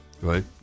right